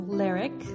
lyric